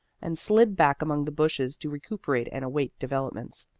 and slid back among the bushes to recuperate and await developments.